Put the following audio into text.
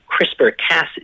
CRISPR-Cas